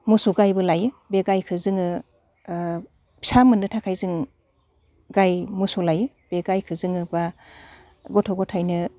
मोसौ गायबो लायो बे गायखो जोङो फिसा मोननो थाखाय जों गाय मोसौ लायो बे गायखो जोङो गथ' गथायनो